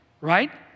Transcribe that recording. right